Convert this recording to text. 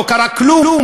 לא קרה כלום.